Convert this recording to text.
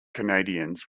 canadians